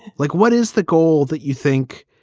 like, what is the goal that you think?